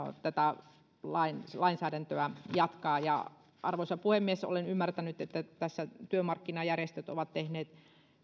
tätä lainsäädäntöä jatkaa arvoisa puhemies olen ymmärtänyt että tässä työmarkkinajärjestöt ovat tehneet